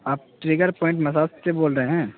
آپ trigger point massage سے بول رہے ہیں